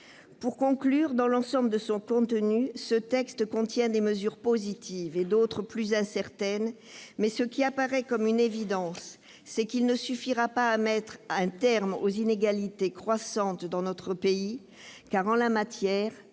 Pour conclure, dans l'ensemble, ce texte contient des mesures positives, et d'autres plus incertaines. Mais, ce qui apparaît comme une évidence, c'est qu'il ne suffira pas à mettre un terme aux inégalités croissantes dans notre pays ; en la matière,